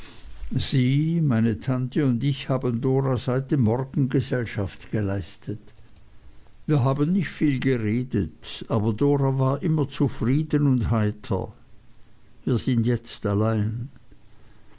sie meine tante und ich haben dora seit dem morgen gesellschaft geleistet wir haben nicht viel geredet aber dora war immer zufrieden und heiter wir sind jetzt allein